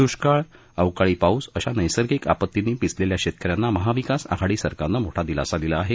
द्ष्काळ अवकाळी पाऊस अशा नैसर्गिक आपतींनी पिचलेल्या शेतकऱ्यांना महाविकास आघाडी सरकारनं मोठा दिलासा दिला आहे